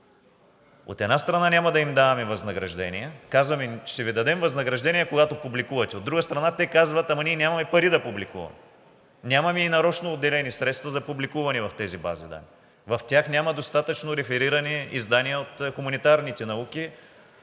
От една страна, няма да им даваме възнаграждения, казваме им – ще Ви дадем възнаграждения, когато публикувате, а от друга страна, те казват – ама ние нямаме пари да публикуваме, нямаме и нарочно отделени средства за публикуване в тези бази данни. В тях няма достатъчно реферирани издания от хуманитарните науки,